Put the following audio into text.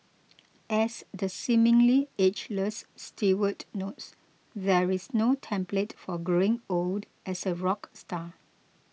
as the seemingly ageless Stewart notes there is no template for growing old as a rock star